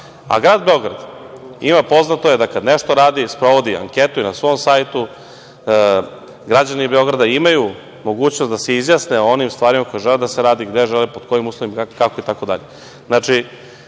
laž. Grad Beograd, poznato je, kada nešto radi, sprovodi anketu na svom sajtu. Građani Beograda imaju mogućnost da se izjasne o onim stvarima koje žele da se rade, gde žele, pod kojim uslovima itd.